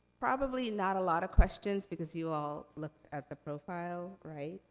probably not a lot of questions, because you all looked at the profile, right?